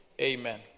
Amen